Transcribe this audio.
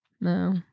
No